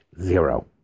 zero